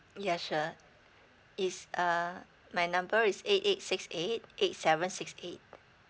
yeah sure it's uh my number is eight eight six eight eight seven six eight